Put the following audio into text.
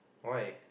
why